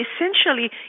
essentially